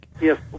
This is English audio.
yes